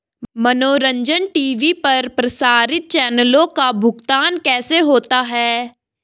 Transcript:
मनोरंजन टी.वी पर प्रसारित चैनलों का भुगतान कैसे होता है?